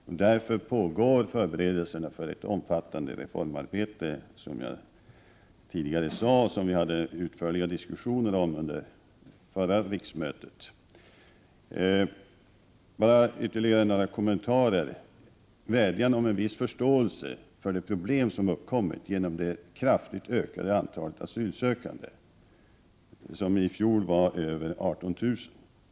Som jag tidigare sade och som vi utförligt diskuterade under förra riksmötet pågår förberedelser för ett omfattande reformarbete. Bara ytterligare några kommentarer. Jag vill vädja om en viss förståelse för de problem som uppkommit genom det kraftigt ökade antalet asylsökande — det var i fjol över 18 000.